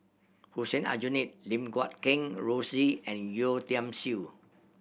Hussein Aljunied Lim Guat Kheng Rosie and Yeo Tiam Siew